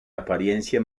apariencia